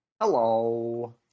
Hello